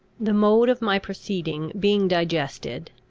the mode of my proceeding being digested,